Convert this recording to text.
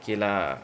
okay lah